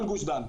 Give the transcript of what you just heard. כל גוש דן.